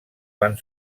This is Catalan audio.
van